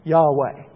Yahweh